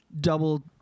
double